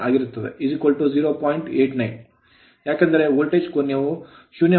89 ಏಕೆಂದರೆ ವೋಲ್ಟೇಜ್ ಕೋನವು ಶೂನ್ಯವಾಗಿದೆ